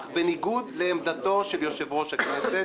אך בניגוד לעמדתו של יושב-ראש הכנסת.